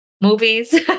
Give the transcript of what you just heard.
movies